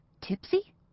Tipsy